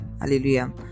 Hallelujah